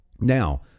Now